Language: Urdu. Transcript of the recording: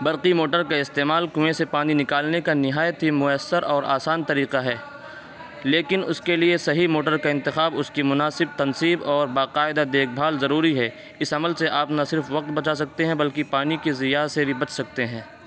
برقی موٹر کا استعمال کنوئیں سے پانی نکالنے کا نہایت ہی مؤثر اور آسان طریقہ ہے لیکن اس کے لیے صحیح موٹر کا انتخاب اس کی مناسب تنصیب اور باقاعدہ دیکھ بھال ضروری ہے اس عمل سے آپ نہ صرف وقت بچا سکتے ہیں بلکہ پانی کی زیاں سے بھی بچ سکتے ہیں